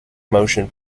motion